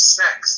sex